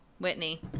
Whitney